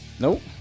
Nope